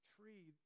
tree